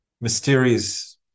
mysterious